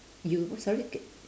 you what sorry aga~